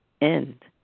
end